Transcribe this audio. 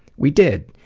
we did,